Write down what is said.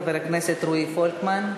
חבר הכנסת רועי פולקמן.